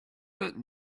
that